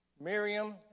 Miriam